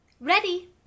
Ready